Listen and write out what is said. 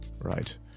right